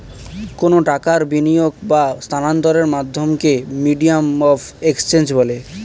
কোনো টাকার বিনিয়োগ বা স্থানান্তরের মাধ্যমকে মিডিয়াম অফ এক্সচেঞ্জ বলে